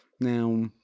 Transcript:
Now